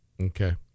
okay